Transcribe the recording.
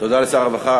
תודה לשר הרווחה.